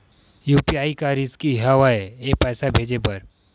UPI का रिसकी हंव ए पईसा भेजे बर?